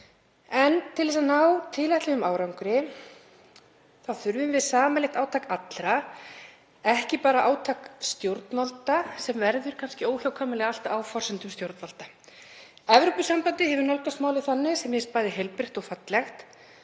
Til þess að ná tilætluðum árangri þurfum við sameiginlegt átak allra, ekki bara átak stjórnvalda sem verður kannski óhjákvæmilega allt á forsendum stjórnvalda. Evrópusambandið hefur nálgast málið þannig, sem mér finnst bæði heilbrigt og fallegt,